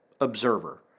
Observer